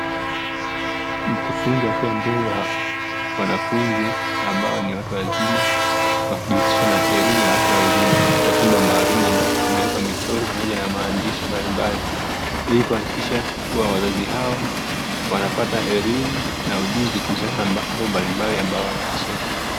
Mkufunzi akiwa mbele ya wanafunzi ambao ni watu wazima wakijihusisha na elimu ya watu wazima katika chumba maalumu ambacho kimewekwa michoro pamoja na maandishi mbalimbali, ili kuhakikisha kuwa wazazi hao wanapata elimu na ujuzi kuhusiana na mambo mbalimbali ambayo wanayasoma.